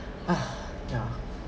ha yeah